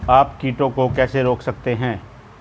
आप कीटों को कैसे रोक सकते हैं?